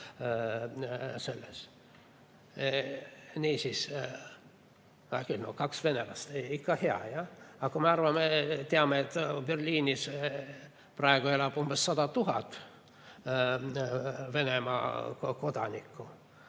Niisiis, kaks venelast, ikka hea, jah. Aga me teame, et Berliinis praegu elab umbes 100 000 Venemaa kodanikku.